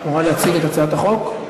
היא אמורה להציג את הצעת החוק.